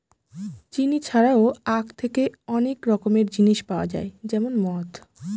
চিনি ছাড়াও আঁখ থেকে অনেক রকমের জিনিস পাওয়া যায় যেমন মদ